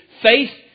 faith